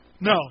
No